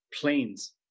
planes